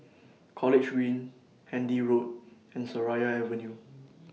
College Green Handy Road and Seraya Avenue